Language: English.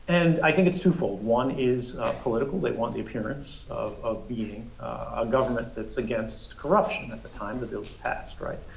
and i think it's two-fold. one is political they want the appearance of being a government that's against corruption at the time the bills passed, right,